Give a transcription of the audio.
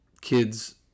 kids